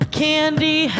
candy